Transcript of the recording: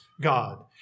God